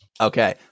Okay